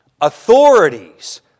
authorities